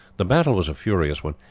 the battle was a furious one.